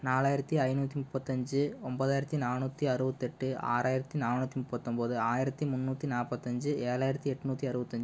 நாலாயிரத்தி ஐநூற்றி முப்பத்தஞ்சு ஒன்பதாயிரத்தி நானூற்றி அறுபத்தெட்டு ஆறாயிரத்தி நானூற்றி முப்பத்தொன்பது ஆயிரத்தி முன்னூற்றி நாற்பத்தஞ்சி ஏழாயிரத்தி எட்நூற்றி அறுபத்தஞ்சி